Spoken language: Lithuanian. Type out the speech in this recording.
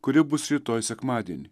kuri bus rytoj sekmadienį